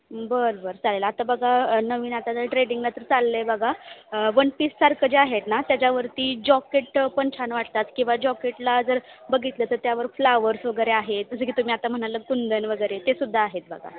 बरं बरं चालेल आता बघा नवीन आता जर ट्रेडिंगला तर चाललं आहे बघा वन पीससारखं जे आहेत ना त्याच्यावरती जॉकेट पण छान वाटतात किंवा जॉकेटला जर बघितलं तर त्यावर फ्लावर्स वगैरे आहेत जसं की तुम्ही आता म्हणाला कुंदन वगैरे ते सुद्धा आहेत बघा